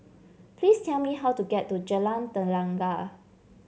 please tell me how to get to Jalan Tenaga